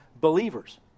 believers